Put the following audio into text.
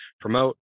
promote